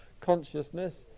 consciousness